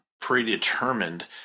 predetermined